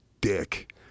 dick